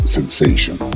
Sensation